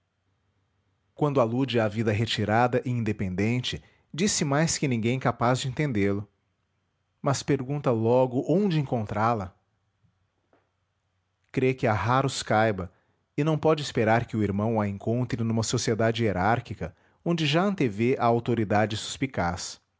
quando alude à vida retirada e independente diz-se mais que ninguém capaz de